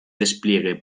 despliegue